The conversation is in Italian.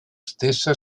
stessa